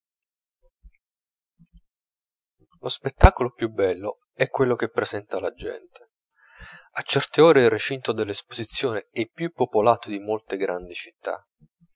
lo spettacolo più bello è quello che presenta la gente a certe ore il recinto dell'esposizione è più popolato di molte grandi città